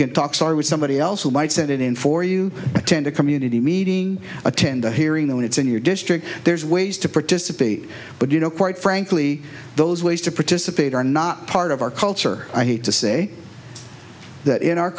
can talk start with somebody else who might send it in for you attend a community meeting attend a hearing that it's in your district there's ways to participate but you know quite frankly those ways to participate are not part of our culture i hate to say that in our